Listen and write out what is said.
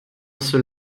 seul